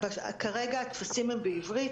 כרגע הטפסים הם בעברית.